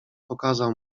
pokazał